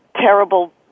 terrible